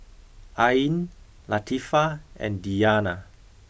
Ain Latifa and Diyana